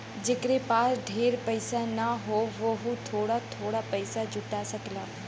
जेकरे पास ढेर पइसा ना हौ वोहू थोड़ा थोड़ा पइसा जुटा सकेला